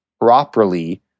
properly